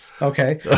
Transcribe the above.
Okay